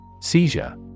Seizure